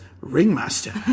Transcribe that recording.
Ringmaster